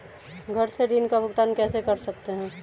घर से ऋण का भुगतान कैसे कर सकते हैं?